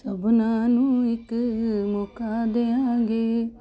ਸਭਨਾਂ ਨੂੰ ਇੱਕ ਮੌਕਾ ਦਿਆਂਗੇ